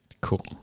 Cool